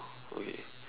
okay